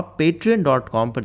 patreon.com